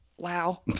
Wow